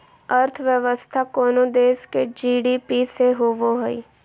अर्थव्यवस्था कोनो देश के जी.डी.पी से होवो हइ